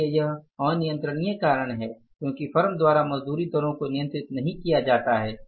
इसलिए यह अनियांत्रनीय कारक है क्योंकि फर्म द्वारा मजदूरी दरों को नियंत्रित नहीं किया जाता है